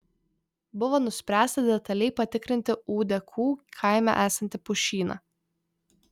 buvo nuspręsta detaliai patikrinti ūdekų kaime esantį pušyną